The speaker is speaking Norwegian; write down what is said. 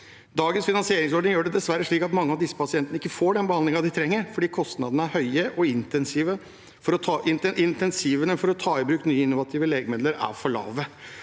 Dagens finansieringsordning gjør det dessverre slik at mange av disse pasientene ikke får den behandlingen de trenger, fordi kostnadene er høye, og insentivene for å ta i bruk nye, innovative legemidler er for lave.